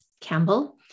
Campbell